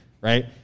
right